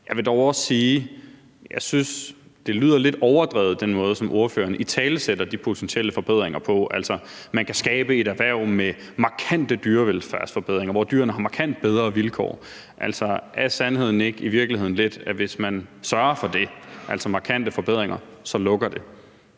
Jeg vil dog også sige, at jeg synes, at den måde, som ordføreren italesætter de potentielle forbedringer på, lyder lidt overdrevet, altså at man kan skabe et erhverv med markante dyrevelfærdsforbedringer, hvor dyrene har markant bedre vilkår. Altså, er sandheden ikke i virkeligheden lidt, at hvis man sørger for det, altså markante forbedringer, så lukker det?